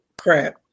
crap